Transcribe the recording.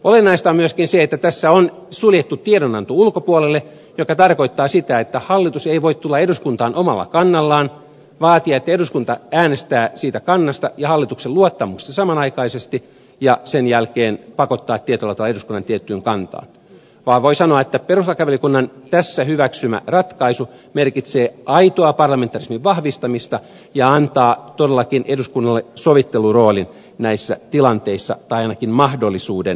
olennaista on myöskin se että tässä on suljettu tiedonanto ulkopuolelle mikä tarkoittaa sitä että hallitus ei voi tulla eduskuntaan omalla kannallaan vaatia että eduskunta äänestää siitä kannasta ja hallituksen luottamuksesta samanaikaisesti ja sen jälkeen pakottaa eduskunnan tietyllä tavalla tiettyyn kantaan vaan voi sanoa että perustuslakivaliokunnan tässä hyväksymä ratkaisu merkitsee aitoa parlamentarismin vahvistamista ja antaa eduskunnalle todellakin sovitteluroolin näissä tilanteissa tai ainakin mahdollisuuden siihen